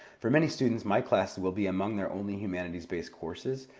for many students, my class will be among their only humanities-based courses,